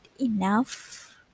enough